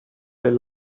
their